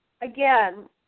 again